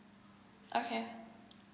okay